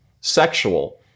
sexual